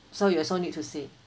so you also need to say